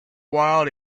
while